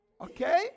Okay